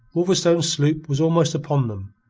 wolverstone's sloop was almost upon them,